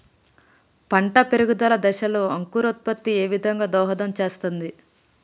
పంట పెరుగుదల దశలో అంకురోత్ఫత్తి ఏ విధంగా దోహదం చేస్తుంది?